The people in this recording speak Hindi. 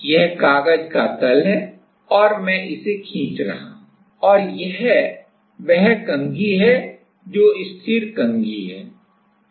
यह कागज का तल है और मैं इसे खींच रहा हूं और यह वह कंघी है जो स्थिर कंघी है